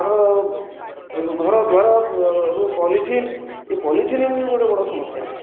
ଆମର ଘର ଦ୍ୱାର ଏବଂ ପୋଲିଥିନ ଏ ପୋଲିଥିନ ବି ଗୋଟିଏ ବଡ଼ ସମସ୍ୟା